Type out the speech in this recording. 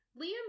Liam